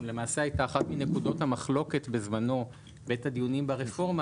ולמעשה היה אחת מנקודות המחלוקת בזמנו בעת הדיונים ברפורמה